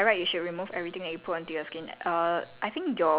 it's cause it's err clogging like clogging your pores